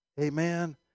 Amen